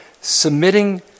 submitting